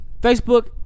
Facebook